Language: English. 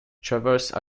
traverse